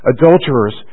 adulterers